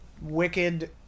wicked